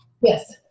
Yes